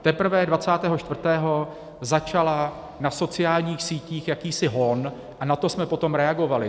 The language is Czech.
Teprve dvacátého čtvrtého začal na sociálních sítích jakýsi hon a na to jsme potom reagovali.